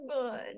good